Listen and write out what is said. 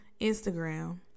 instagram